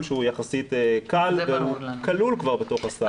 שהוא יחסית קל והוא כלול כבר בתוך הסל.